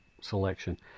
selection